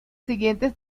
siguientes